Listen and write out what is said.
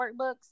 workbooks